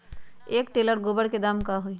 एक टेलर गोबर के दाम का होई?